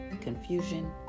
confusion